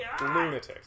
lunatics